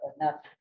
enough